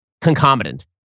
concomitant